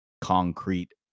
concrete